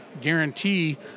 guarantee